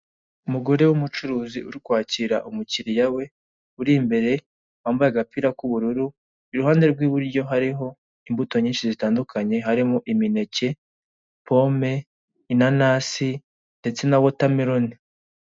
Umugore w'umucuruzi uri kwakira umukiriya we uri imbere, wambaye agapira k'ubururu, iruhande rw'iburyo hariho imbuto nyinshi zitandukanye, harimo imineke, pome, inanasi, ndetse na wotameroni.